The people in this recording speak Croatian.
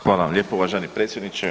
Hvala vam lijepo uvaženi predsjedniče.